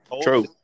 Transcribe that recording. true